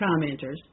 commenters